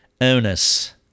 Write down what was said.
onus